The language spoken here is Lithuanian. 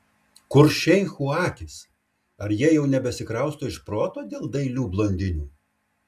kur šeichų akys ar jie jau nebesikrausto iš proto dėl dailių blondinių